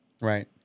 Right